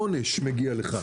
עונש מגיע לך.